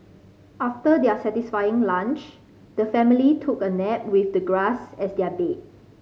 after their satisfying lunch the family took a nap with the grass as their bed